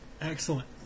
Excellent